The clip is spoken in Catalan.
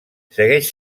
segueix